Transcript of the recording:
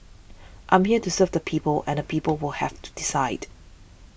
I'm here to serve the people and people will have to decide